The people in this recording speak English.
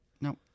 No